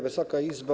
Wysoka Izbo!